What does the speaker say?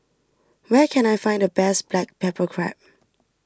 where can I find the best Black Pepper Crab